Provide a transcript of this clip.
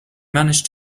managed